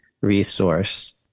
resource